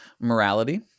Morality